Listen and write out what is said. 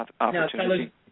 opportunity